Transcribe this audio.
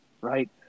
right